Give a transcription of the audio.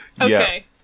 Okay